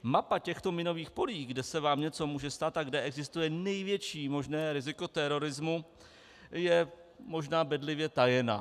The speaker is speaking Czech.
Mapa těchto minových polí, kde se vám něco může stát a kde existuje největší možné riziko terorismu, je možná bedlivě tajena.